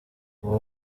ngo